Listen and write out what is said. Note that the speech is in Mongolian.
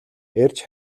эрж